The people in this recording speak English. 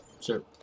Sure